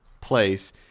place